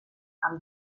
amb